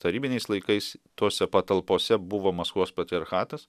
tarybiniais laikais tose patalpose buvo maskvos patriarchatas